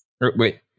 Wait